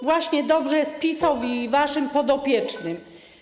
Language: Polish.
Właśnie dobrze jest PiS-owi i waszym podopiecznym.